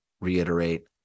reiterate